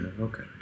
okay